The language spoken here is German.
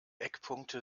eckpunkte